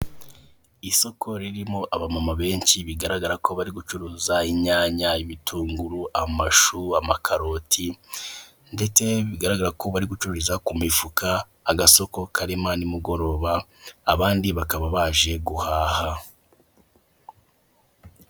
Isoko ririmo abamama benshi bigaragara ko bari gucuruza inyanya, ibitunguru, amashu, amakaroti ndetse bigaragara ko bari gucururiza kumifuka, agasoko karema nimugoroba abandi bakaba baje guhaha.